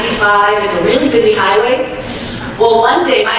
five is a really busy highway well one day i